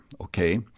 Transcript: Okay